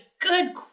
good